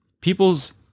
People's